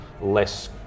less